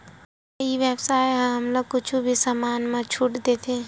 का ई व्यवसाय ह हमला कुछु भी समान मा छुट देथे?